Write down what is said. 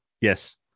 Yes